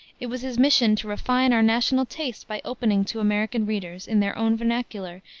it was his mission to refine our national taste by opening to american readers, in their own vernacular,